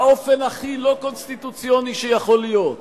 באופן הכי לא קונסטיטוציוני שיכול להיות,